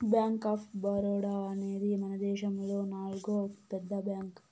bank of Baroda అనేది మనదేశములో నాల్గో పెద్ద బ్యాంక్